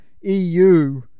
EU